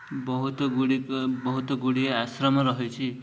ବହୁତ ଗୁଡ଼କ ବହୁତ ଗୁଡ଼ିଏ ଆଶ୍ରମ ରହିଛି